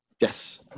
Yes